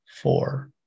four